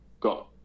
got